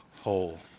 whole